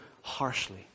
harshly